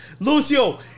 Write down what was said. Lucio